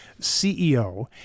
CEO